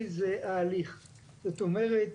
מורשת וישאף כוחו מהאהבה העצומה שתורעף עליו מכל